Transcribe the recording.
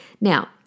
Now